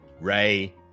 Ray